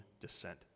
descent